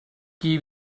qui